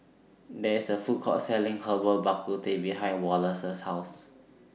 There IS A Food Court Selling Herbal Bak Ku Teh behind Wallace's House